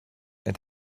and